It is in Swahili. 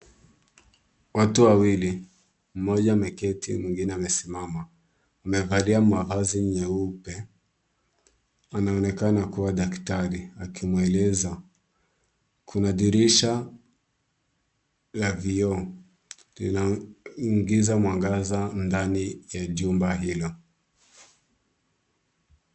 Watu wawili, mmoja ameketi mwingine amesimama amevalia mavazi nyeupe. Anaonekana kuwa daktari akimweleza. Kuna dirisha la vioo linaingiza mwangaza ndani ya jumba hilo.